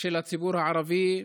של הציבור הערבי,